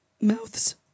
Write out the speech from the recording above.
Mouths